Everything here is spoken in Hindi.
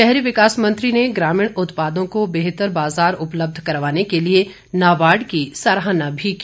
शहरी विकास मंत्री ने ग्रामीण उत्पादों को बेहतर बाजार उपलब्ध करवाने के लिए नाबार्ड की सराहना भी की